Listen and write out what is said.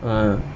ah